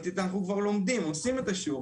אנחנו כבר לומדים עושים את השיעורים.